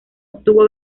obtuvo